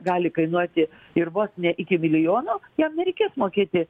gali kainuoti ir vos ne iki milijono jam nereikės mokėti